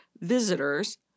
visitors